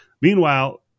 Meanwhile